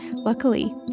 Luckily